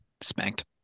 spanked